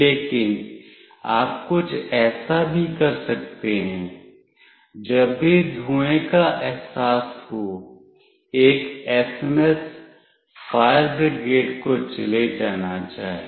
लेकिन आप कुछ ऐसा भी कर सकते हैं जब भी धुएं का अहसास हो एक SMS फायर ब्रिगेड को चले जाना चाहिए